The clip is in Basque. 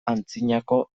antzinako